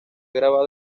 grabado